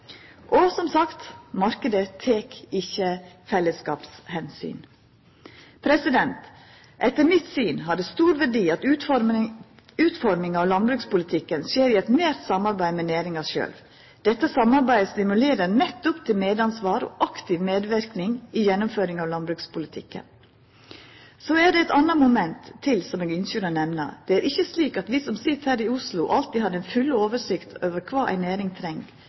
Etter mitt syn har det stor verdi at utforminga av landbrukspolitikken skjer i eit nært samarbeid med næringa sjølv. Dette samarbeidet stimulerer nettopp til medansvar og aktiv medverknad i gjennomføringa av landbrukspolitikken. Så er det eit anna moment eg ynskjer å nemna. Det er ikkje slik at vi som sit her i Oslo, alltid har den fulle oversikta over kva ei næring treng.